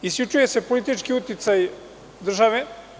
Isključuje se politički uticaj države.